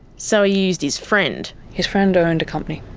so he used his friend. his friend owned a company.